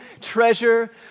treasure